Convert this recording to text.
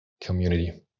community